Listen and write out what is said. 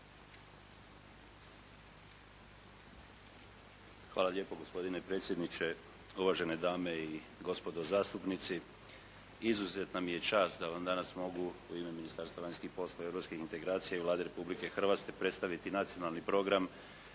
Hvala lijepo gospodine predsjedniče, uvažene dame i gospodo zastupnici. Izuzetna mi je čast da vam danas mogu u ime Ministarstva vanjskih poslova i europskih integracija i Vlade Republike Hrvatske predstaviti Nacionalni program